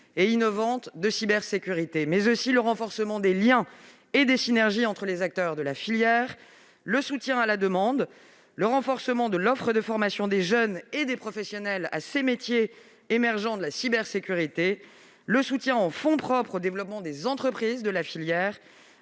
et innovantes de cybersécurité ; le renforcement des liens et des synergies entre les acteurs de la filière ; le soutien à la demande ; le renforcement de l'offre de formation des jeunes et des professionnels à ces métiers émergents de la cybersécurité ; le soutien en fonds propres au développement des entreprises de la filière